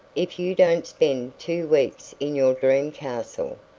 if you don't spend two weeks in your dream-castle,